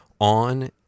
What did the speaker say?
on